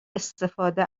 استفاده